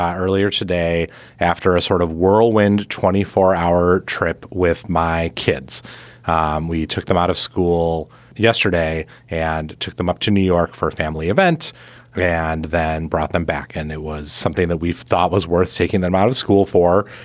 ah earlier today after a sort of whirlwind twenty four hour trip with my kids um we took them out of school yesterday and took them up to new york for a family event and then brought them back. and it was something that we thought was worth taking them out of school for